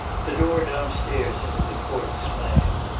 the door downstairs into the court slammed.